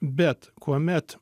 bet kuomet